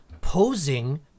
posing